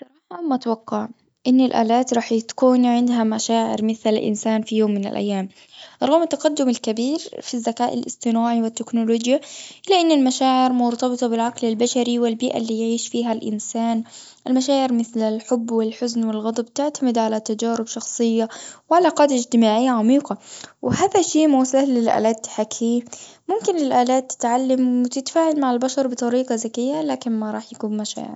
الصراحة ما اتوقع، إن الآلات راح يتكون عندها مشاعر مثل الإنسان، في يوم من الأيام. رغم التقدم الكبير، في الذكاء الإصطناعي والتكنولوجيا، إلا إن المشاعر مرتبطة بالعقل البشري، والبيئة اللي يعيش فيها الإنسان. المشاعر مثل الحب، والحزن، والغضب، تعتمد على تجارب شخصية، وعلاقات اجتماعية عميقة. وهذا شي مو سهل للآلات تحاكيه. ممكن الآلات تتعلم، وتتفاعل مع البشر بطريقة ذكية، لكن ما راح يكون مشاعر.